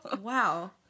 wow